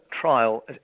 trial